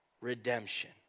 redemption